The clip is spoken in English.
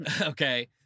Okay